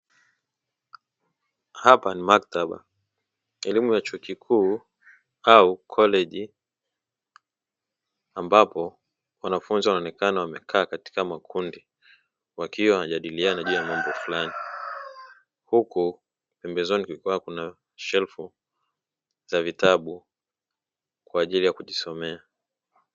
Hapa ni maktaba, elimu ya chuo kikuu au koleji, ambapo wanafunzi wanaonekana wamekaa katika makundi wakiwa wanajadiliana juu ya mambo fulani, huku pembezoni kukiwa kuna shelfu za vitabu kwa ajili ya kujisomea.